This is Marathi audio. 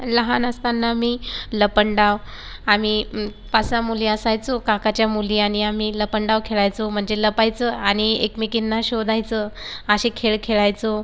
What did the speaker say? लहान असताना मी लपंडाव आम्ही पाच सहा मुली असायचो काकाच्या मुली आणि आम्ही लपंडाव खेळायचो म्हणजे लपायचं आणि एकमेकींना शोधायचं असे खेळ खेळायचो